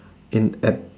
in at